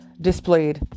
displayed